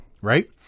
right